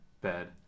bed